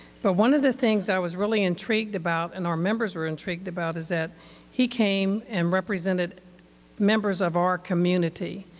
but one of the things i was really intrigued about and our members were intrigued about is that he came and represented members of our community.